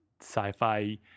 sci-fi